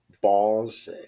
balls